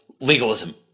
legalism